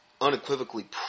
unequivocally